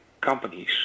companies